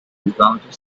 dismounted